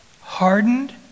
Hardened